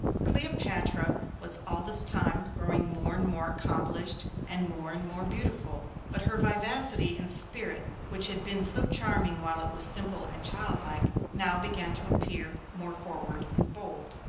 cleopatra was all this time growing more and more accomplished, and more and more beautiful but her vivacity and spirit, which had been so charming while it was simple and childlike, now began to appear more forward and bold.